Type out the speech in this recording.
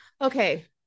Okay